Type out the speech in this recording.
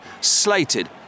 slated